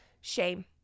shame